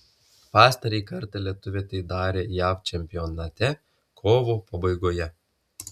pastarąjį kartą lietuvė tai darė jav čempionate kovo pabaigoje